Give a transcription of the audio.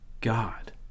God